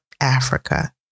Africa